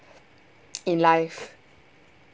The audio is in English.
in life